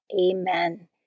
Amen